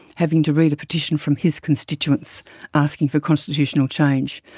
having to read a petition from his constituents asking for constitutional change.